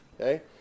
okay